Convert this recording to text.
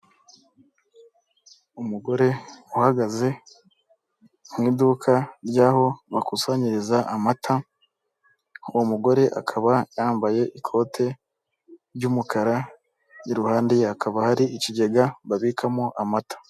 Umugore uhagaze mu iduka ry'aho bakusanyiriza amata, uwo mugore akaba yambaye ikote ry'umukara iruhande akaba hari ikigega babikamo amata.